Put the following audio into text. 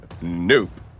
Nope